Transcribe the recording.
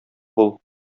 бул